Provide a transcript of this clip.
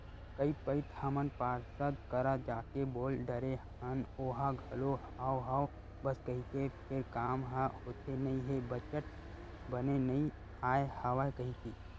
कई पइत हमन पार्षद करा जाके बोल डरे हन ओहा घलो हव हव बस कहिथे फेर काम ह होथे नइ हे बजट बने नइ आय हवय कहिथे